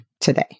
today